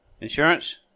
Insurance